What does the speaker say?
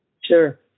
Sure